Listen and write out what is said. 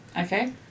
Okay